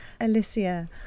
Alicia